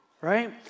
Right